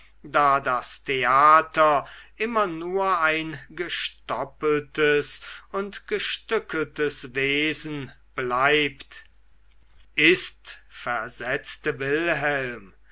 da das theater immer nur ein gestoppeltes und gestückeltes wesen bleibt ist versetzte wilhelm